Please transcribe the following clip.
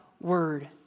word